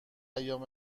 ایام